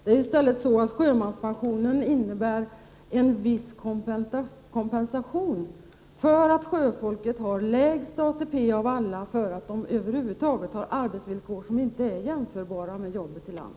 Det är ju i stället så att sjömanspensionen innebär en viss kompensation för att sjöfolket har lägst ATP av alla, för att de har arbetsvillkor som över huvud taget inte är jämförbara med jobb i land.